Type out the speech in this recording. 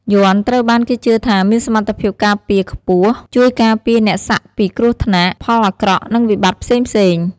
យ័ន្តត្រូវបានគេជឿថា មានសមត្ថភាពការពារខ្ពស់ ជួយការពារអ្នកសាក់ពីគ្រោះថ្នាក់ ផលអាក្រក់ និងវិបត្តិផ្សេងៗ។